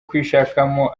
kwishakamo